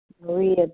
Maria